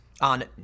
on